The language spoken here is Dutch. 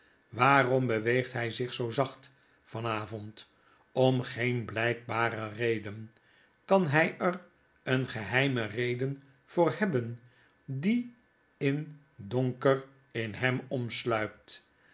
waarom beweegt hy zich zoo zacht van avond om geen blijkbare reden kan hy er een geheime reden voor hebben die in donker in hem omsluipt